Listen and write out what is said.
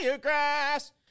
grass